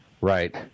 Right